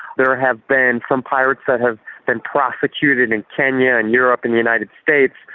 there have been some pirates that have been prosecuted in kenya and europe and the united states.